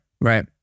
Right